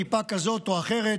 כיפה כזאת או אחרת,